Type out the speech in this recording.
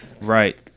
right